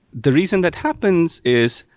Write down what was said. the reason that happens is,